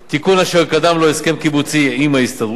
תיקון אשר קדם לו הסכם קיבוצי עם ההסתדרות.